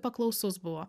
paklausus buvo